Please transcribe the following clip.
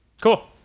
cool